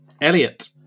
elliot